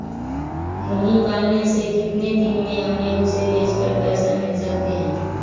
मुर्गी पालने से कितने दिन में हमें उसे बेचकर पैसे मिल सकते हैं?